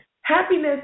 Happiness